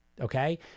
Okay